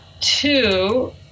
Two